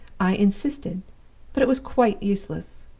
i insisted but it was quite useless.